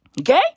Okay